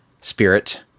spirit